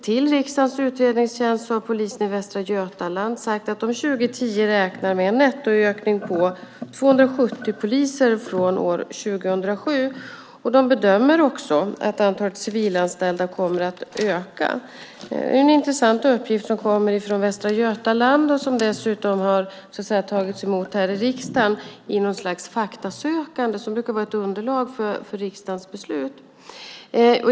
Till riksdagens utredningstjänst har polisen i Västra Götaland sagt att de till 2010 räknar med en nettoökning på 270 poliser från år 2007. De bedömer också att antalet civilanställda kommer att öka. Det är en intressant uppgift som kommer från Västra Götaland och som dessutom har tagits emot här i riksdagen i något slags faktasökande som brukar vara ett underlag för riksdagens beslut.